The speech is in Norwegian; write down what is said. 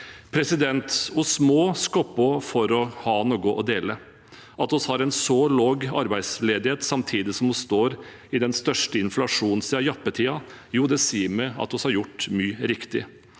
effekt. Vi må skape for å ha noe å dele. At vi har en så lav arbeidsledighet samtidig som vi står i den største inflasjonen siden jappetiden, sier meg at vi har gjort mye riktig.